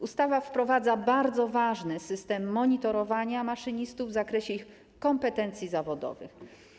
Ustawa wprowadza bardzo ważny system monitorowania maszynistów w zakresie ich kompetencji zawodowych.